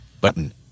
button